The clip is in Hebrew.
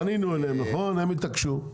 פנינו אליהם, הם התעקשו.